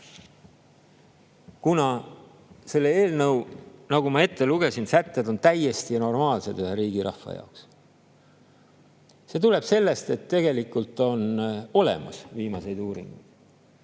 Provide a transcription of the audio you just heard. kuigi selle eelnõu sätted, nagu ma ette lugesin, on täiesti normaalsed ühe riigirahva jaoks. See tuleb sellest, et tegelikult on olemas viimased uuringud,